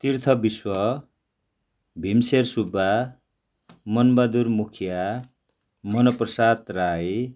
Tirtha Bishwa Bhimsher Subba Manbahadur Mukhiya Manprasad Rai